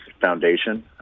Foundation